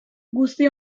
guzti